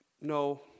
no